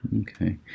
Okay